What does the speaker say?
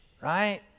Right